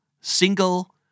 Single